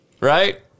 Right